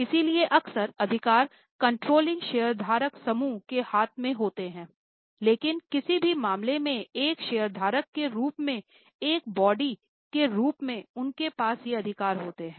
इसलिए अक्सर अधिकार कंट्रोलिंग शेयरधारक समूहों के हाथ में होता हैं लेकिन किसी भी मामले में एक शेयरधारक के रूप में एक बॉडी के रूप में उनके पास ये अधिकार होते हैं